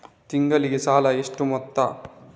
ತಿಂಗಳಿಗೆ ಸಾಲ ಎಷ್ಟು ಮೊತ್ತ?